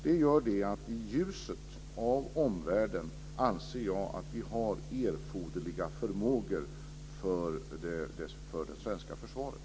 Det gör att jag i ljuset av omvärlden anser att vi har erforderliga förmågor för det svenska försvaret.